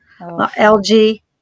algae